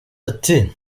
ati